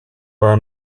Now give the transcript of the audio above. were